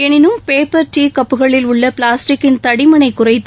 எளினும் paper tea கப்புகளில் உள்ள பிளாஸ்டிக்கின் தடிமனை குறைத்து